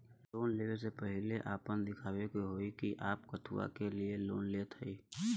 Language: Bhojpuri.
लोन ले वे से पहिले आपन दिखावे के होई कि आप कथुआ के लिए लोन लेत हईन?